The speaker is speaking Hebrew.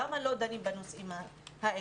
למה לא דנים בנושאים האלה?